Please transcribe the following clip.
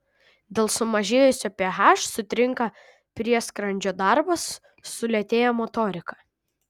dėl sumažėjusio ph sutrinka prieskrandžio darbas sulėtėja motorika